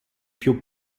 più